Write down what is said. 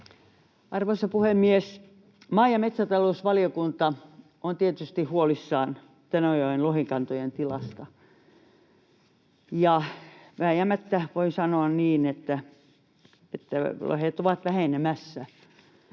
Arvoisa puhemies! Maa- ja metsätalousvaliokunta on tietysti huolissaan Tenojoen lohikantojen tilasta. Ja vääjäämättä voi sanoa niin, että lohet ovat vähenemässä.